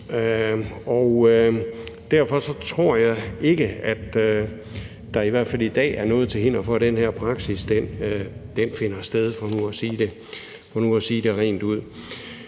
på. Derfor tror jeg ikke, at der i hvert fald i dag er noget til hinder for, at den her praksis finder sted, for nu at sige det rent ud.